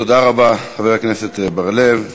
תודה רבה, חבר הכנסת בר-לב.